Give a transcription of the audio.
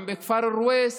גם בכפר אלרויס